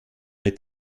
mit